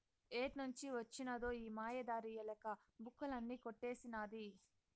ఏడ్నుంచి వొచ్చినదో ఈ మాయదారి ఎలక, బుక్కులన్నీ కొట్టేసినాది